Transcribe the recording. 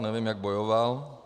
Nevím, jak bojoval.